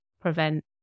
prevent